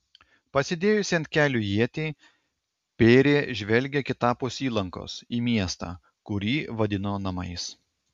pasidėjusi ant kelių ietį pėrė žvelgė kitapus įlankos į miestą kurį vadino namais